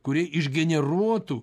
kurie išgeneruotų